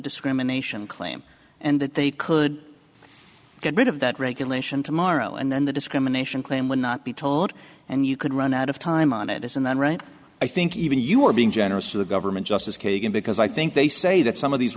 discrimination claim and that they could get rid of that regulation tomorrow and then the discrimination claim will not be told and you could run out of time on it isn't that right i think even you are being generous to the government justice kagan because i think they say that some of these